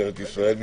משטרת ישראל.